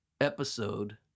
episode